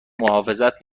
محافظت